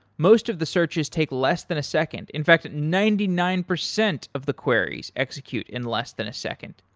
most of the searches take less than a second. in fact ninety nine percent of the queries execute in less than a second.